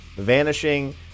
Vanishing